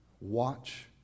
Watch